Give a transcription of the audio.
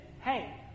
hey